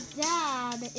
dad